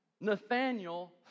Nathaniel